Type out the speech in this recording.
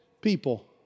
people